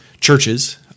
churches